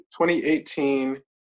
2018